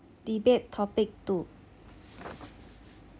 debate topic two